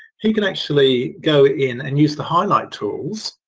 he can actually go in and use the highlight tools.